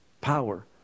power